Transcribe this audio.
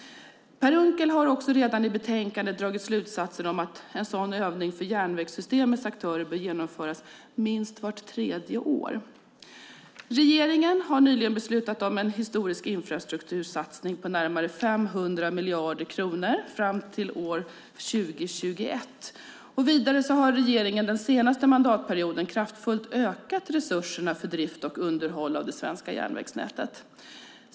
Per Unckel har också redan i betänkandet dragit slutsatsen att en sådan övning för järnvägssystemets aktörer bör genomföras minst vart tredje år. Regeringen har nyligen beslutat om en historisk infrastruktursatsning på närmare 500 miljarder kronor fram till 2021. Vidare har regeringen den senaste mandatperioden kraftfullt ökat resurserna för drift och underhåll av det svenska järnvägsnätet.